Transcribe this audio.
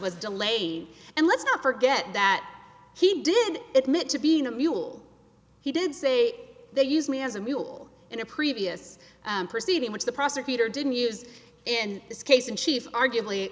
was delayed and let's not forget that he did admit to being a mule he did say they used me as a mule in a previous proceeding which the prosecutor didn't use in this case in chief arguably